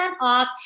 off